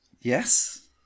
Yes